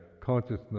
consciousness